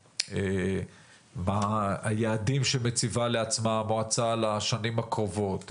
מה היעדים שמציבה לעצמה המועצה לשנים הקרובות,